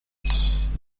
isles